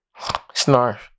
Snarf